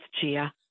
Gia